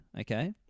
Okay